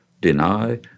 deny